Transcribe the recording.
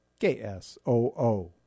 KSOO